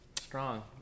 strong